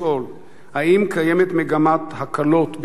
האם קיימת מגמת הקלות בתנאי מאסרו?